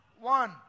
one